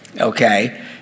Okay